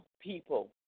people